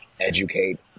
Educate